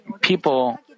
people